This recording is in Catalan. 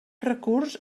recurs